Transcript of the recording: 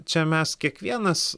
čia mes kiekvienas